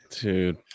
Dude